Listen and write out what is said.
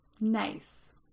nice